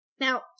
Now